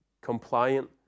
compliant